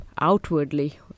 outwardly